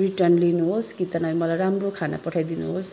return लिनुहोस् कि त म मलाई राम्रो खाना पठाइदिनुहोस्